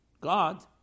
God